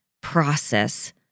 process